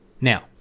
Now